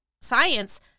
science